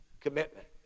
Commitment